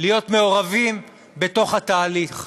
להיות מעורבים בתהליך.